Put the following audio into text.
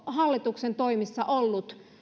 hallituksen toimissa ollut